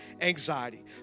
anxiety